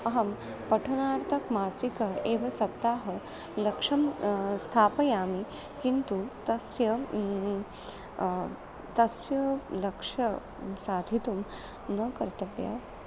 अहं पठनार्थकं मासिकं एव सप्ताहः लक्ष्यं स्थापयामि किन्तु तस्य तस्य तस्य लक्ष्य साधितुं न कर्तव्यं